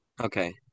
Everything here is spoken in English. Okay